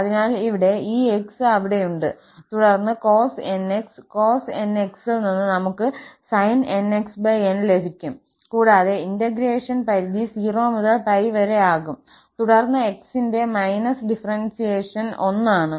അതിനാൽ ഇവിടെ ഈ 𝑥 അവിടെയുണ്ട് തുടർന്ന് cos𝑛𝑥 cos𝑛𝑥 ൽ നിന്ന് നമുക്ക് sinnxn ലഭിക്കും കൂടാതെ ഇന്റഗ്രേഷൻ പരിധി 0 മുതൽ 𝜋 വരെ ആകും തുടർന്ന് 𝑥 ന്റെ മൈനസ് ഡിഫറെൻസിയേഷൻ 1 ആണ്